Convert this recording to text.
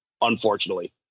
unfortunately